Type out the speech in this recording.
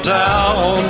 down